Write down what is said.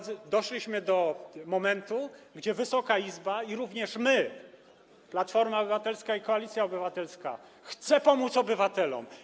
Doszliśmy do momentu, gdzie Wysoka Izba i również my, Platforma Obywatelska i Koalicja Obywatelska, chcemy pomóc obywatelom.